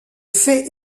fait